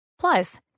Plus